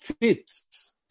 fits